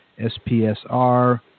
SPSR